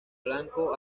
blanco